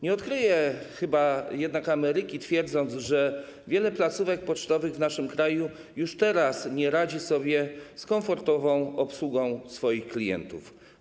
Nie odkryję chyba Ameryki, twierdząc, że wiele placówek pocztowych w naszym kraju już teraz nie radzi sobie z komfortową obsługą klientów.